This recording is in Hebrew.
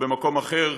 ובמקום אחר: